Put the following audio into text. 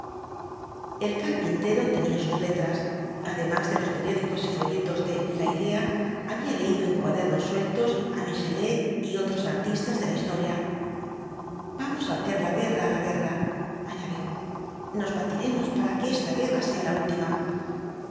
el carpintero tenía sus letras además de los periódicos y folletos de la idea había leído en cuadernos sueltos á michelet y otros artistas de la historia vamos á hacer la guerra á la guerra añadió nos batiremos para que esta guerra sea la última